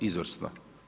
Izvrsno.